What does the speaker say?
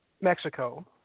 Mexico